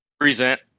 Present